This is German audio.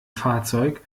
fahrzeug